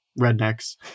rednecks